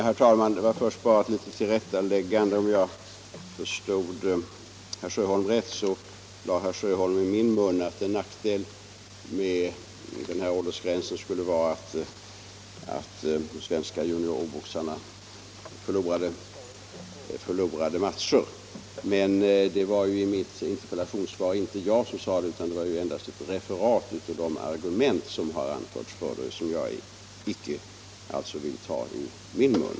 Herr talman! Först bara ett litet tillrättaläggande. Om jag förstod herr Sjöholm rätt lade han i min mun uttalandet att en nackdel med åldersgränsen skulle vara att de svenska juniorboxarna förlorar matcher. I mitt interpellationssvar var det emellertid inte jag som sade detta, det var endast ett referat av de argument som har anförts men som jag inte vill ta i min mun.